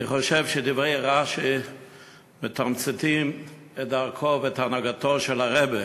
אני חושב שדברי רש"י מתמצתים את דרכו ואת הנהגתו של הרעבע.